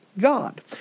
God